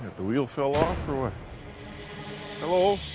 the wheel fell off or or hello.